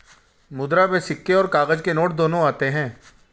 मुद्रा में सिक्के और काग़ज़ के नोट दोनों आते हैं